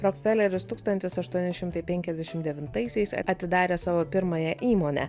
rokfeleris tūkstantis aštuoni šimtai penkiasdešimt devintaisiais atidarė savo pirmąją įmonę